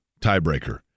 tiebreaker